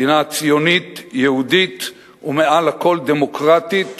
מדינה ציונית, יהודית ומעל לכול דמוקרטית,